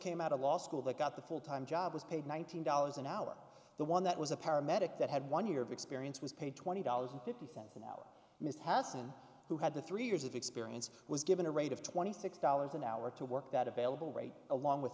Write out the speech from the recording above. came out of law school that got the full time job was paid one thousand dollars an hour the one that was a paramedic that had one year of experience was paid twenty dollars and fifty cents an hour missed hasson who had the three years of experience was given a rate of twenty six dollars an hour to work that available rate along with